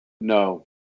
No